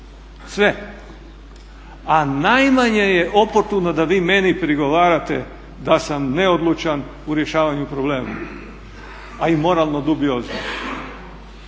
sve, a najmanje je oportuno da vi meni prigovarate da sam neodlučan u rješavanju problema, a i moralno dubiozno.